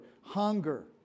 hunger